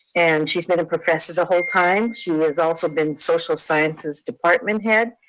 and she's been a professor the whole time. she has also been social sciences department head,